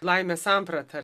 laimės samprata